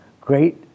great